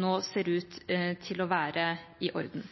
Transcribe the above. nå ser ut til å være i orden.